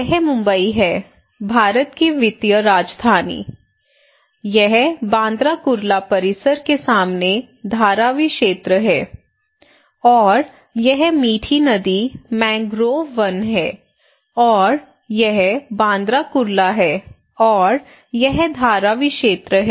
यह मुंबई है भारत की वित्तीय राजधानी यह बांद्रा कुर्ला परिसर के सामने धारावी क्षेत्र है और यह मीठी नदी मैंग्रोव वन है और यह बांद्रा कुर्ला है और यह धारावी क्षेत्र है